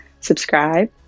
Subscribe